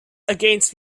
against